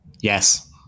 Yes